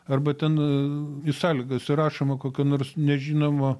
arba ten į sąlygas įrašoma kokio nors nežinomo